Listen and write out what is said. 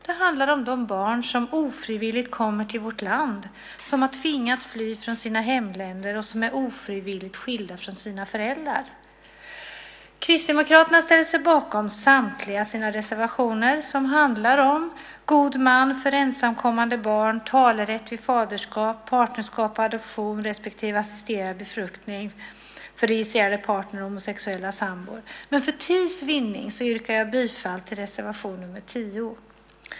Det handlar om de barn som ofrivilligt kommer till vårt land, som har tvingats fly från sina hemländer och som ofrivilligt är skilda från sina föräldrar. Kristdemokraterna ställer sig bakom samtliga sina reservationer, som handlar om god man för ensamkommande barn, talerätt vid faderskap, partnerskap och adoption respektive assisterad befruktning för registrerade partner och homosexuella sambor. För tids vinning yrkar jag bifall enbart till reservation 12 under punkt 10.